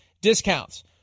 discounts